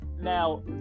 now